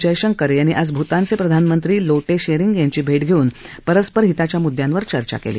जयशंकर यांनी आज भूतानचे प्रधानमंत्री लोटे त्शेरींग यांची भेट घेऊन परस्पर हिताच्या मुद्यांवर चर्चा केली